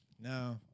No